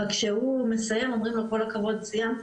וכשהוא מסיים אומרים לו רק "כל הכבוד סיימת,